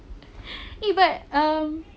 eh but ah